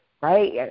right